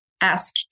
ask